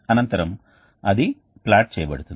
అనంతరం అది ప్లాట్ చేయబడుతుంది